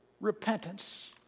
repentance